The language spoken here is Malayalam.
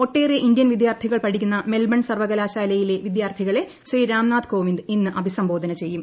ഒട്ടേറെ ഇന്ത്യൻ വിദ്യാർത്ഥികൾ പഠിക്കുന്ന മെൽബൺ സർവ്വകലാശാലയിലെ വിദ്യാർത്ഥികളെ ശ്രീ രാംനാഥ് കോവിന്ദ് ഇന്ന് അഭിസംബോധന ചെയ്യും